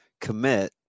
commit